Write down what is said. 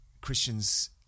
Christians